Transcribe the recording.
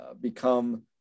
become